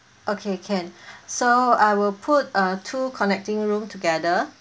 okay can so I will put uh two connecting room together